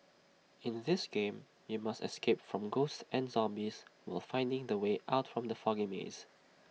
in the this game you must escape from ghosts and zombies while finding the way out from the foggy maze